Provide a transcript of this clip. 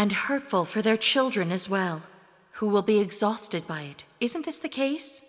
and hurtful for their children as well who will be exhausted by it isn't this the case